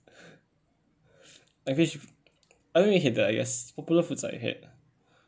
I wish I only hate that I guess popular foods I had